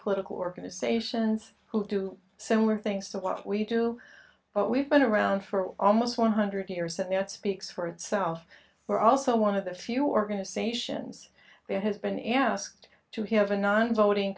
political organizations who do similar things to what we do but we've been around for almost one hundred years that now speaks for itself we're also one of the few organizations there has been asked to have a non voting